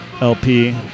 LP